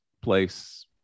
place